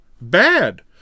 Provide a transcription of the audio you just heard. bad